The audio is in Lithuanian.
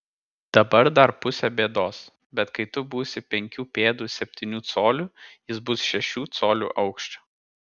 dabar dar pusė bėdos bet kai tu būsi penkių pėdų septynių colių jis bus šešių colių aukščio